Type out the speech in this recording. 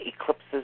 eclipses